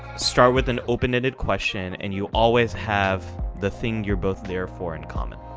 start with an open-ended question and you always have the thing you're both there for in common.